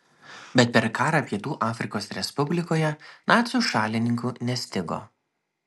bet per karą pietų afrikos respublikoje nacių šalininkų nestigo